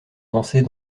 danser